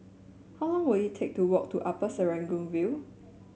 how long will it take to walk to Upper Serangoon View